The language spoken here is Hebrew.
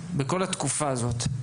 בכל התקופה הזו,